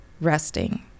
resting